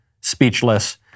speechless